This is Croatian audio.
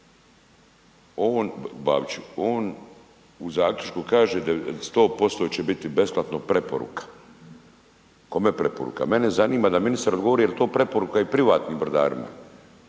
on u zaključku kaže 100% će biti besplatno preporuka. Kome preporuka? Mene zanima da ministar govori jel to preporuka i privatnim brodarima,